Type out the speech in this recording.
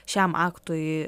šiam aktui